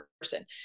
person